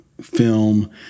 film